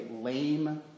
lame